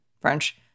French